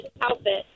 outfit